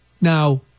Now